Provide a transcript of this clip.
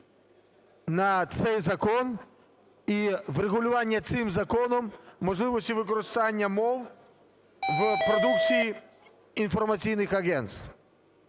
на цей закон і врегулювання цим законом можливості використання мов в продукції інформаційних агентств.